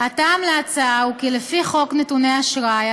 הטעם להצעה הוא כי לפי חוק נתוני אשראי,